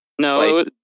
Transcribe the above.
No